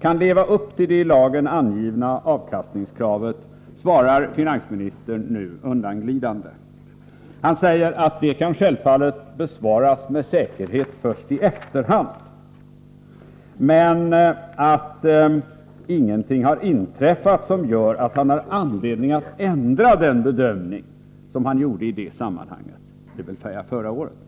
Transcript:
kan leva upp till det i lagen angivna avkastningskravet svarar finansministern undanglidande. Han säger att den frågan kan självfallet besvaras med säkerhet först i efterhand men att ingenting har inträffat som gör att han har anledning att ändra den bedömning som han gjorde i det sammanhanget, dvs. förra året.